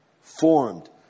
formed